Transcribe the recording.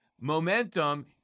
momentum